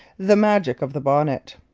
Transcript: the magic of the bonnet.